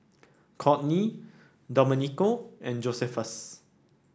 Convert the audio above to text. Kortney Domenico and Josephus